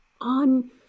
on